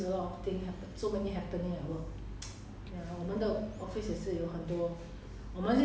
what what happened maybe tonight then I ask him tonight then I ask him